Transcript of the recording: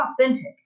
authentic